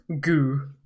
goo